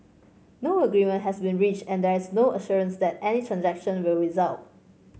no agreement has been reached and there is no assurance that any transaction will result